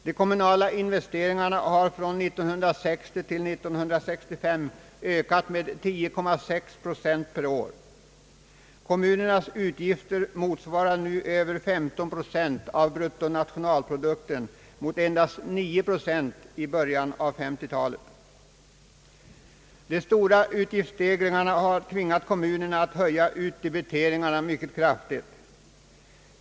De kommunala investeringarna har från 1960 till 1965 ökat med 10,6 procent per år. Kommunernas utgifter motsvarar nu över 15 procent av bruttonationalprodukten mot endast 9 procent i början av 1950-talet. De stora utgiftsstegringarna har tvingat kommunerna att höja utdebiteringarna mycket kraftigt.